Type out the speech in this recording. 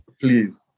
please